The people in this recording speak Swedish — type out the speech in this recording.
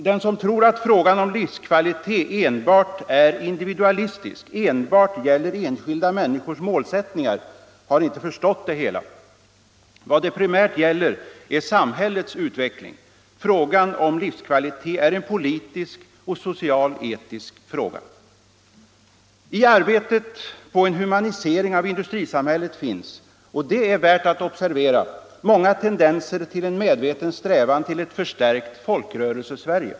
Den som tror att frågan om livskvalitet enbart är individualistisk, enbart gäller enskilda människors målsättningar, har inte förstått det hela. Vad det primärt gäller är samhällets utveckling. Frågan om livskvalitet är en politisk och social-etisk fråga. I arbetet på en humanisering av industrisamhället finns — och det är värt att observera - många tendenser till en medveten strävan till ett förstärkt Folkrörelsesverige.